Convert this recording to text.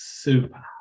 super